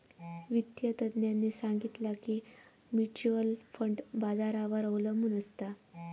वित्तिय तज्ञांनी सांगितला की म्युच्युअल फंड बाजारावर अबलंबून असता